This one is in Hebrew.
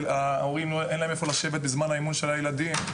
להורים אין איפה לשבת בזמן האימון של הילדים,